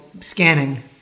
scanning